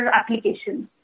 applications